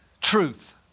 truth